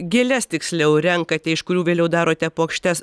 gėles tiksliau renkate iš kurių vėliau darote puokštes